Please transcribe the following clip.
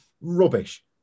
rubbish